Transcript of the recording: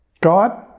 God